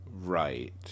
right